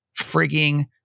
frigging